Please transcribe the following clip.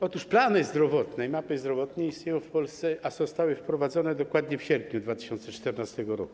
Otóż plany zdrowotne, mapy zdrowotne istnieją w Polsce, a zostały wprowadzone dokładnie w sierpniu 2014 r.